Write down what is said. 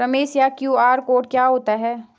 रमेश यह QR code क्या होता है?